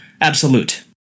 absolute